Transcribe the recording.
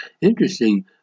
Interesting